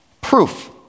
proof